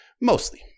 Mostly